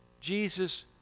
Jesus